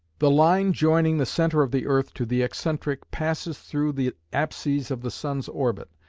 the line joining the centre of the earth to the excentric passes through the apses of the sun's orbit,